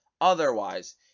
otherwise